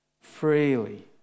freely